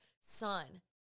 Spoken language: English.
son